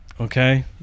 Okay